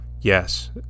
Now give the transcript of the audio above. Yes